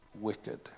Wicked